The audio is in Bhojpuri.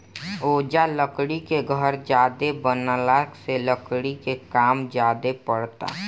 ओजा लकड़ी के घर ज्यादे बनला से लकड़ी के काम ज्यादे परता